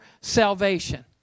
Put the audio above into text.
salvation